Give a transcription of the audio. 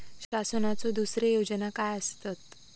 शासनाचो दुसरे योजना काय आसतत?